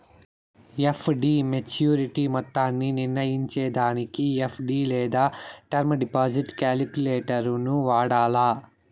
FD maturity మొత్తాన్ని నిర్నయించేదానికి FD లేదా టర్మ్ డిపాజిట్ కాలిక్యులేటరును వాడాల